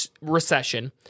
recession